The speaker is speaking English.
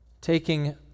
Taking